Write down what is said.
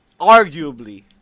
arguably